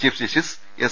chief justice S